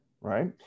right